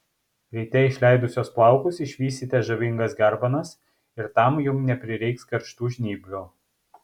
ryte išleidusios plaukus išvysite žavingas garbanas ir tam jums neprireiks karštų žnyplių